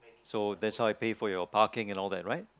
so that's why I pay for your parking and all that right